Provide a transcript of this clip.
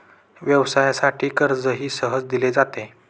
व्यवसायासाठी कर्जही सहज दिले जाते